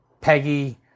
Peggy